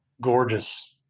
gorgeous